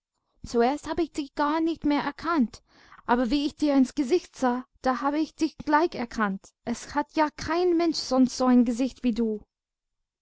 zuerst habe ich dich gar nicht mehr erkannt aber wie ich dir ins gesicht sah da habe ich dich gleich erkannt es hat ja kein mensch sonst so ein gesicht wie du